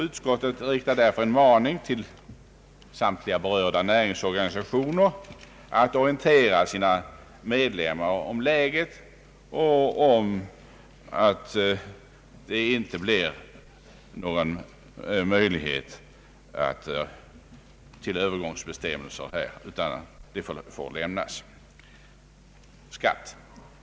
Utskottet riktar därför i sitt betänkande en maning till samtliga berörda näringsorganisationer att orientera sina medlemmar om läget och om att det inte blir några speciella övergångsbestämmelser i fortsättningen.